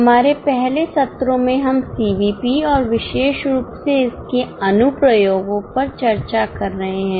हमारे पहले सत्रों में हम सीवीपी और विशेष रूप से इसके अनुप्रयोगों पर चर्चा कर रहे हैं